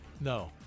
no